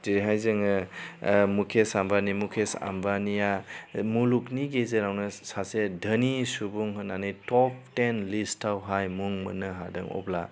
दिनैहाय जोङो मुकेश आ्म्बानी मुकेश आम्बानीया मुलुगनि गेजेरावनो सासे धोनि सुबुं होननानै टप तेन लिस्तआवहाय मुं मोननो हादों अब्ला